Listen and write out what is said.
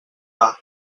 bach